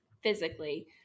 physically